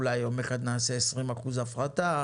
אולי יום אחד נעשה 20 אחוזים הפרטה,